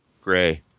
gray